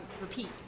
repeat